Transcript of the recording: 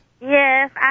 Yes